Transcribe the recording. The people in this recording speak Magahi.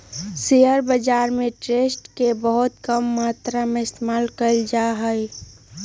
शेयर बाजार में ट्रस्ट के बहुत कम मात्रा में इस्तेमाल कइल जा हई